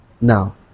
now